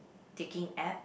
taking app